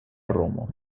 romo